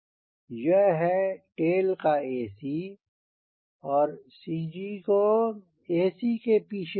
यह है टेल का AC और CG को AC के पीछे होना है